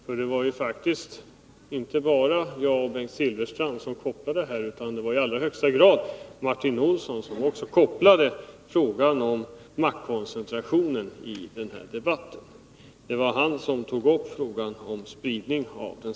Och det var faktiskt inte bara jag och Bengt Silfverstrand utan i allra högsta grad Martin Olsson som knöt an till frågan om maktkoncentration i den här debatten och tog upp frågan om spridning av makten.